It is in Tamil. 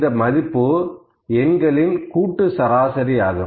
இந்த மதிப்பு எண்களின் கூட்டு சராசரி ஆகும்